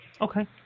Okay